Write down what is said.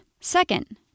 Second